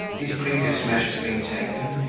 these previous measures being taken,